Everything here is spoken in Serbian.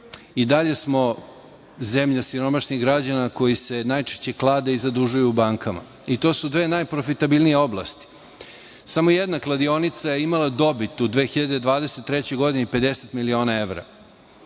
I dalje smo zemlja siromašnih građana koji se najčešće klade i zadužuju u bankama i to su dve najprofitabilnije oblasti. Samo jedna kladionica je imala dobit u 2023. godini 50 miliona evra.